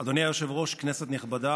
אדוני היושב-ראש, כנסת נכבדה,